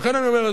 לכן אני אומר,